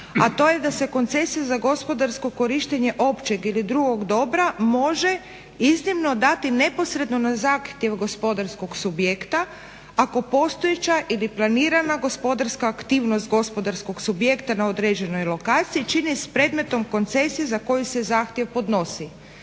a to je da se "koncesije za gospodarsko korištenje općeg ili drugog dobra može iznimno dati neposredno na zahtjev gospodarskog subjekta ako postojeća ili planirana gospodarska aktivnost gospodarskog subjekta na određenoj lokaciji čini s predmetom koncesije za koju se zahtjev podnosi".